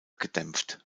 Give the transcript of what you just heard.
gedämpft